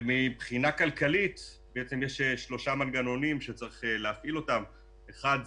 מבחינה כלכלית יש שלושה מנגנונים שצריך להפעיל: אחד,